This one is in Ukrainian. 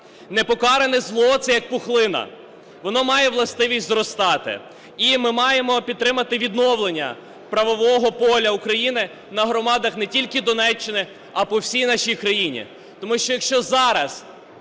Непокаране зло – це як пухлина, воно має властивість зростати. І ми маємо підтримати відновлення правового поля України в громадах не тільки Донеччини, а по всій нашій країні. Тому що, якщо зараз